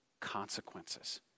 consequences